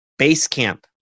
Basecamp